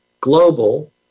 global